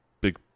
big